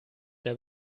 der